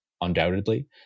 undoubtedly